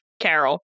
Carol